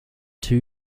two